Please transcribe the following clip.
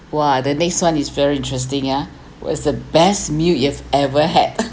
!wah! the next one is very interesting yeah what was the best meal you have ever had